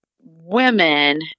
women